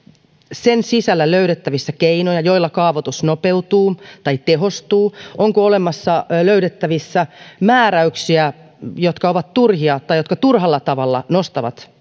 sen sisällä löydettävissä keinoja joilla kaavoitus nopeutuu tai tehostuu onko löydettävissä määräyksiä jotka ovat turhia tai jotka turhalla tavalla nostavat